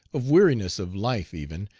of weariness of life even,